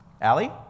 Allie